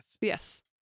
Yes